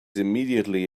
immediately